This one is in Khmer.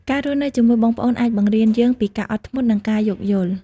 ការរស់នៅជាមួយបងប្អូនអាច បង្រៀនយើងពីការអត់ធ្មត់ និងការយោគយល់។